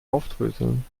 aufdröseln